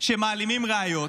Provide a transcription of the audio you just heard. שמעלימים ראיות,